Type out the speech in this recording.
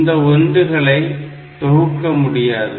இந்த ஒன்றுகளை 1's தொகுக்க முடியாது